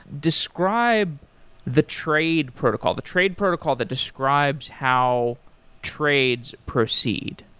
describe the trade protocol, the trade protocol that describes how trades proceed